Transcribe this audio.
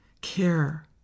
care